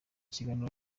kiganiro